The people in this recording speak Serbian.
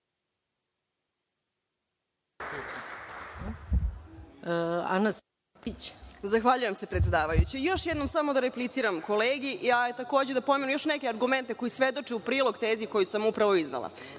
**Ana Stevanović** Zahvaljujem se, predsedavajuća. Još jednom samo da repliciram kolegi i da ponovim još neke argumente koji svedoče u prilog tezi koju sam upravu iznela.